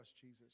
Jesus